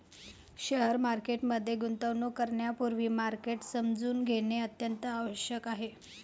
share market मध्ये गुंतवणूक करण्यापूर्वी मार्केट समजून घेणे अत्यंत आवश्यक आहे